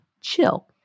chill